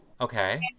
Okay